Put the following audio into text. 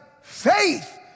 Faith